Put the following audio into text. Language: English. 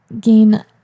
gain